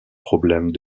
problèmes